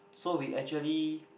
so we actually